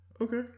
Okay